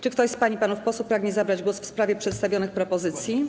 Czy ktoś z pań i panów posłów pragnie zabrać głos w sprawie przedstawionych propozycji?